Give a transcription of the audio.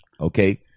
Okay